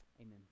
Amen